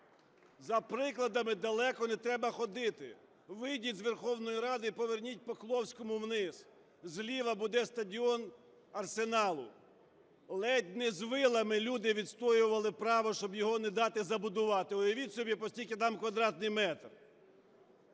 За прикладами далеко не треба ходити, вийдіть з Верховної Ради і поверніть по Кловському вниз, зліва буде стадіон Арсеналу, ледь не з вилами люди відстоювали право, щоб його не дати забудувати. Уявіть собі, по скільки там квадратний метр.